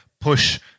Push